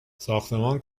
ساختمان